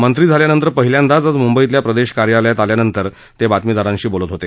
मंत्री झाल्यानंतर पहिल्यांदाच आज मुंबईतल्या प्रदेश कार्यालयात आल्यानंतर ते बातमीदारांशी बोलत होते